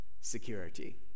Security